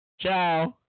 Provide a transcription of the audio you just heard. Ciao